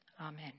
Amen